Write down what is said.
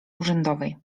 urzędowej